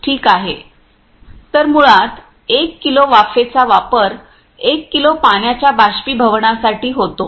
ठीक आहे तर मुळात 1 किलो वाफेचा वापर 1 किलो पाण्याच्या बाष्पीभवनासाठी होतो